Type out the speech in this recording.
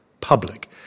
public